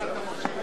אם אתם עושים,